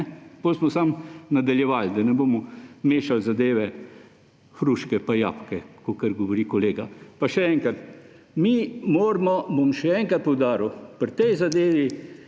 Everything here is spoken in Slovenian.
Potem smo samo nadaljevali, da ne bomo mešali zadeve, hruške pa jabke, kakor govori kolega. Pa še enkrat. Mi moramo, bom še enkrat poudaril, pri tej zadevi,